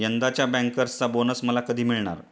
यंदाच्या बँकर्सचा बोनस मला कधी मिळणार?